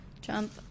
jump